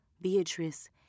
Beatrice